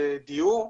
לדיור.